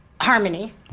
harmony